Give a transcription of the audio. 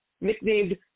nicknamed